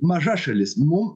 maža šalis mum